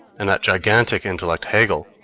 and that gigantic intellect, hegel